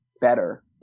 better